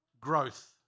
growth